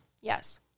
yes